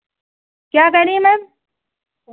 क्या कह रही हैं मैम